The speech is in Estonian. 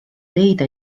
leida